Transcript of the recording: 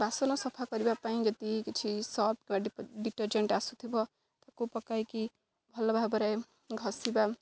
ବାସନ ସଫା କରିବା ପାଇଁ ଯଦି କିଛି ସର୍ଫ କିମ୍ବା ଡିଟର୍ଜେଣ୍ଟ ଆସୁଥିବ ତାକୁ ପକାଇକି ଭଲ ଭାବରେ ଘସିବା